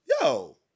yo